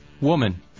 Woman